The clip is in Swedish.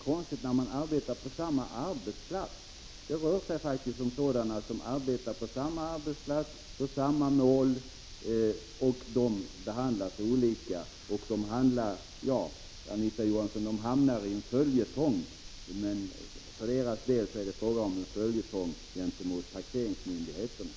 Somliga arbetar på samma arbetsplats och för samma mål men behandlas olika. Vissa arbetare råkar ut för en följetong, och för deras del blir det då fråga om en följetong i förhållande till taxeringsmyndigheterna.